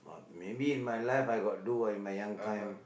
maybe in my life I got do in my young time